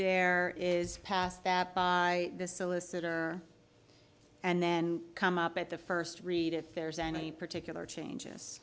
there is pass that by the solicitor and then come up at the first read if there's any particular changes